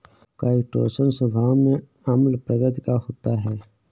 chitosan स्वभाव में अम्ल प्रकृति का होता है